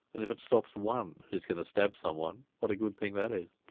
and if it stops one who's going to stab someone, what a good thing that is.